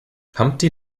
humpty